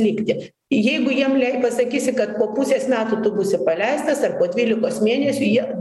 likti jeigu jiem pasakysi kad po pusės metų tu būsi paleistas ar po dvylikos mėnesių jie